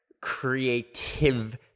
creative